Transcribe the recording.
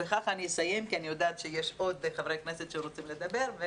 בכך אני אסיים כי אני יודעת שיש עוד חברי כנסת שרוצים לדבר.